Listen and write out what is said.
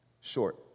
short